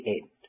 end